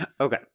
Okay